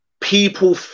people